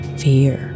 fear